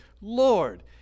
Lord